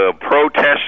protest